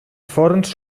forns